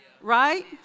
Right